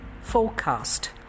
Forecast –